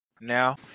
now